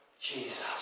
Jesus